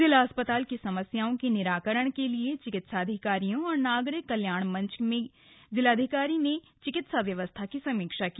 जिला अस्पताल की समस्याओं के निराकरण के लिए चिकित्साधिकारियों और नागरिक कल्याण मंच की में जिलाधिकारी ने चिकित्सा व्यवस्था की समीक्षा की